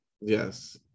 Yes